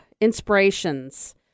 inspirations